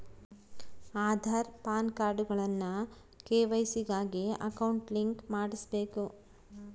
ಆದಾರ್, ಪಾನ್ಕಾರ್ಡ್ಗುಳ್ನ ಕೆ.ವೈ.ಸಿ ಗಾಗಿ ಅಕೌಂಟ್ಗೆ ಲಿಂಕ್ ಮಾಡುಸ್ಬಕು